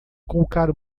colocar